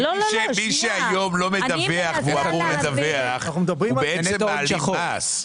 כי מי שהיום אמור לדווח ולא מדווח מעלים מס.